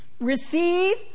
receive